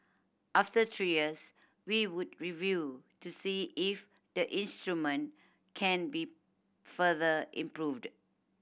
after three years we would review to see if the instrument can be further improved